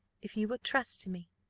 if you will trust to me.